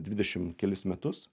dvidešim kelis metus